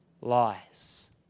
lies